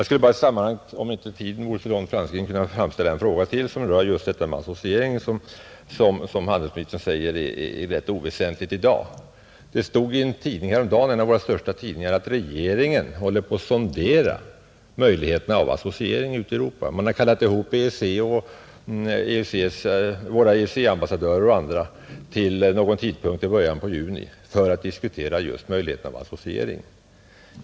Tiden är ju långt framskriden, men jag skulle vilja ställa en fråga rörande just detta med associering, som handelsministern säger är rätt oväsentligt i dag. Det stod i en av våra största tidningar häromdagen att regeringen ute i Europa håller på att sondera möjligheterna till associering, att man kallat ihop våra EEC-ambassadörer och andra till någon tidpunkt i början av juni för att diskutera just möjligheterna till associering.